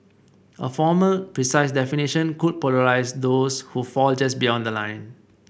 a formal precise definition could polarise those who fall just beyond the line